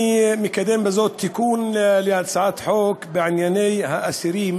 אני מקדם בזאת תיקון להצעת חוק בענייני האסירים